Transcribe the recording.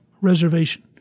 reservation